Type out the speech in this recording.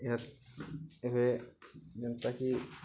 ଏହା ଏବେ ଯେନ୍ତାକି